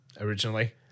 originally